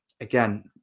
Again